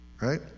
right